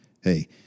Hey